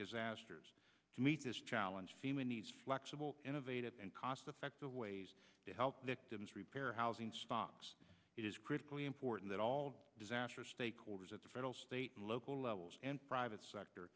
disasters to meet this challenge fema needs flexible innovative and cost effective ways to help victims repair housing stops it is critically important that all disaster stakeholders at the federal state and local levels and private sector